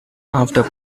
after